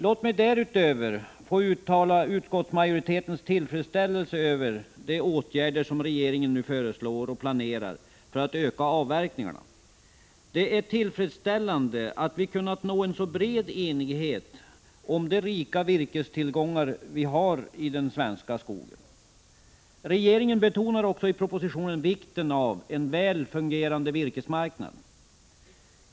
Låt mig dessutom få uttala utskottsmajoritetens tillfredsställelse över de åtgärder som regeringen föreslår och planerar för att öka avverkningarna. Det är tillfredsställande att vi har kunnat nå en så bred enighet om de rika virkestillgångar som vi har i den svenska skogen. Regeringen betonar också i propositionen vikten av en väl fungerande virkesmarknad.